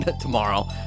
tomorrow